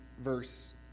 verse